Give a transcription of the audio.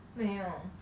没有